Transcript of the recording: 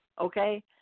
okay